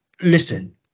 listen